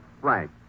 Frank